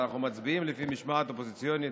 ואנחנו מצביעים לפי משמעת אופוזיציונית.